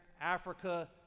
Africa